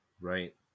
Right